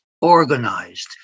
organized